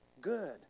good